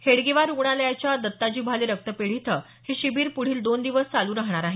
हेगडेवार रुग्णालयाच्या दत्ताजी भाले रक्तपेढी इथं हे शिबीर पुढील दोन दिवस चालू राहणार आहे